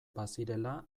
bazirela